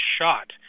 shot